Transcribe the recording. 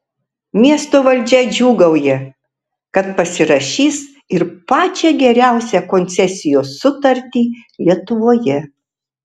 miesto valdžia džiūgauja kad pasirašys ir pačią geriausią koncesijos sutartį lietuvoje